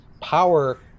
power